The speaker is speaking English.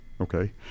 okay